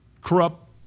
corrupt